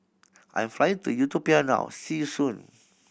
I'm flying to Ethiopia now see you soon